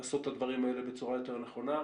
לעשות את הדברים האלה בצורה יותר נכונה.